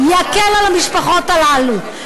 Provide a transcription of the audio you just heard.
יקל על המשפחות האלה.